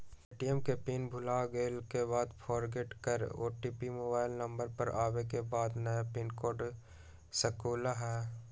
ATM के pin भुलागेल के बाद फोरगेट कर ओ.टी.पी मोबाइल नंबर पर आवे के बाद नया पिन कोड बना सकलहु ह?